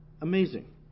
Amazing